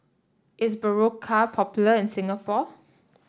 is Berocca popular in Singapore